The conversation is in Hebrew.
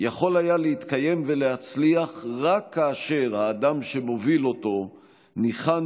יכול היה להתקיים ולהצליח רק כאשר האדם שמוביל אותו ניחן